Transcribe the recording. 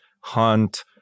hunt